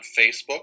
Facebook